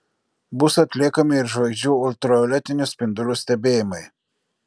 bus atliekami ir žvaigždžių ultravioletinių spindulių stebėjimai